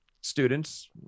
students